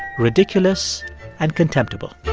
ridiculous and contemptible.